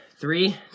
Three